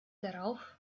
darauf